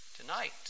Tonight